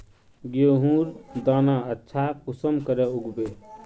गेहूँर दाना अच्छा कुंसम के उगबे?